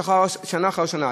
שנה אחר שנה.